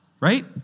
right